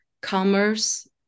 commerce